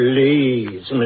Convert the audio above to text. Please